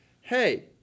hey